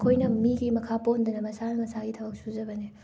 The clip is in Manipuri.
ꯃꯈꯣꯏꯅ ꯃꯤꯒꯤ ꯃꯈꯥ ꯄꯣꯟꯗꯅꯕ ꯃꯁꯥꯅ ꯃꯁꯥꯒꯤ ꯊꯕꯛ ꯁꯨꯖꯕꯅꯤ